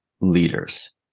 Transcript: leaders